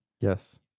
Yes